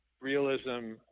realism